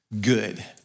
good